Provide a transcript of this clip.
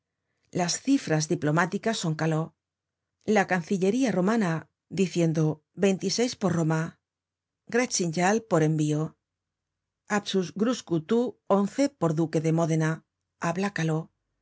las cifras diplomáticas son caló la cnancillería romana diciendo por roma grkztntgzyal por envio y abfxustgruogrkzu tu xi por duque de módena habla caló